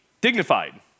dignified